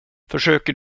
försöker